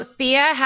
Thea